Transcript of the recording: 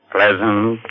Pleasant